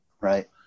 Right